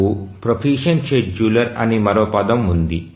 మనకు proficient scheduler అని మరో పదం ఉంది